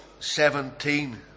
17